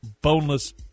boneless